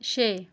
ਛੇ